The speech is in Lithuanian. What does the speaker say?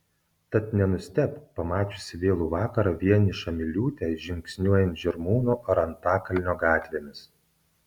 tad nenustebk pamačiusi vėlų vakarą vienišą miliūtę žingsniuojant žirmūnų ar antakalnio gatvėmis